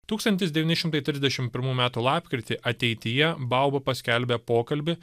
tūkstantis devyni šimtai trisdešimt pirmų metų lapkritį ateityje bauba paskelbė pokalbį